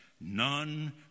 none